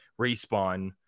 respawn